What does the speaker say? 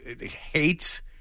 Hates